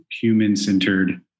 human-centered